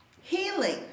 Healing